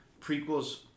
prequels